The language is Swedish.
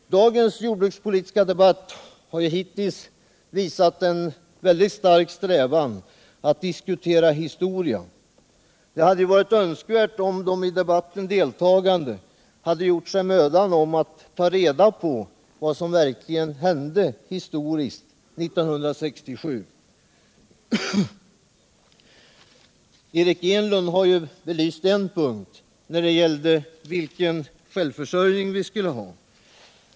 I dagens jordbrukspolitiska debatt har man hittills visat en mycket stark benägenhet att diskutera historia. Det hade varit önskvärt om deltagarna i debatten hade gjort sig mödan att ta reda på vad som verkligen hände 1967. Eric Enlund har ju belyst en punkt, nämligen den självförsörjning vi bör ha.